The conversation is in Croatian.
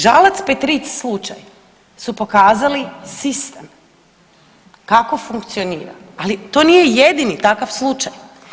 Međutim, Žalac Petric slučaj su pokazali sistem kako funkcionira, ali to nije jedini takav slučaj.